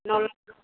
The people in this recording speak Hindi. नौलक्खा